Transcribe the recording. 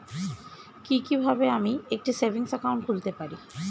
কি কিভাবে আমি একটি সেভিংস একাউন্ট খুলতে পারি?